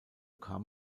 kam